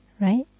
Right